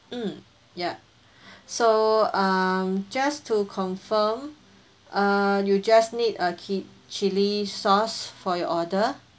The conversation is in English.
mm ya so uh just to confirm uh you just need a ke~ chilli sauce for your order